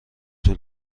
طول